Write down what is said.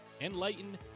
enlighten